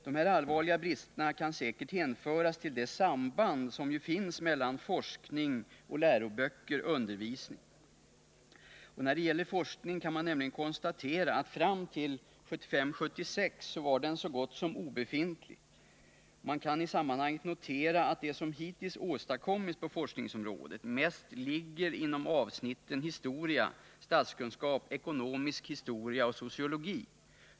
Dessa allvarliga brister kan säkert hänföras till det samband som finns mellan forskning och läroböcker-undervisning. När det gäller forskning kan man nämligen konstatera att fram till 1975-1976 var den så gott som obefintlig. Man kan i sammanhanget notera att det som hittills åstadkommits på forskningsområdet mest ligger inom avsnitten historia, statskunskap, ekonomisk historia och sociologi.